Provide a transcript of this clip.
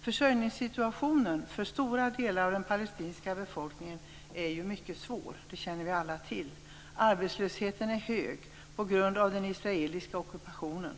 Försörjningssituationen för stora delar av den palestinska befolkningen är, som vi alla känner till, mycket svår. Arbetslösheten är hög på grund av den israeliska ockupationen.